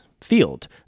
field